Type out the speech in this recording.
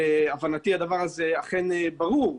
למרות שלדעתי זה ברור,